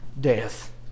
death